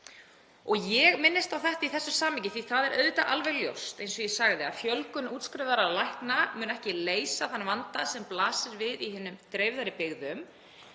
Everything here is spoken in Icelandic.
Ég minnist á þetta í þessu samhengi því að það er auðvitað alveg ljóst, eins og ég sagði, að fjölgun útskrifaðra lækna mun ekki leysa þann vanda sem blasir við í hinum dreifðari byggðum,